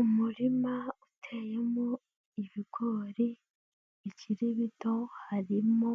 Umurima uteyemo ibigori bikiri bito, harimo